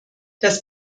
das